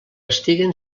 estiguen